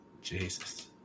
Jesus